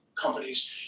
companies